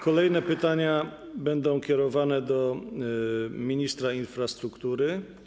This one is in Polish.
Kolejne pytania będą kierowane do ministra infrastruktury.